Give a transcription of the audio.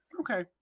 Okay